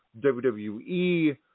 WWE